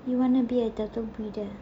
you wanna be a turtle breeder